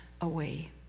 away